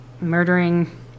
murdering